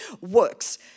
works